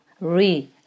re